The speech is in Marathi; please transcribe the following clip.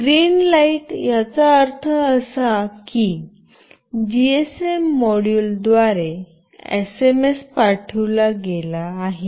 ग्रीन लाइट याचा अर्थ असा आहे की जीएसएम मॉड्यूलद्वारे एसएमएस पाठविला गेला आहे